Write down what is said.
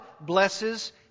blesses